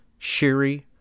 Shiri